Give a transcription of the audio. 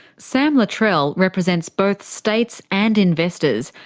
sam luttrell represents both states and investors,